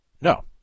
No